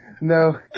No